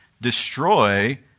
destroy